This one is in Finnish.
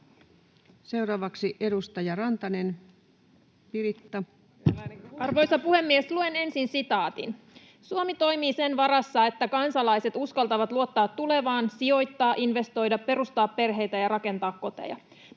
Time: 12:36 Content: Arvoisa puhemies! Luen ensin sitaatin: ”Suomi toimii sen varassa että kansalaiset uskaltavat luottaa tulevaan, sijoittaa, investoida, perustaa perheitä ja rakentaa koteja.